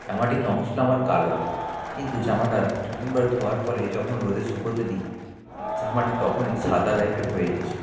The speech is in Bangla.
জামাটির রঙ ছিল আমার কালো কিন্তু জামাটা দু তিনবার ধোয়ার পরে যখন রোদে শুকোতে দিই জামাটা তখনই সাদা টাইপের হয়ে গিয়েছিল